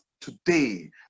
today